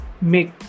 make